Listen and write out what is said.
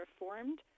Reformed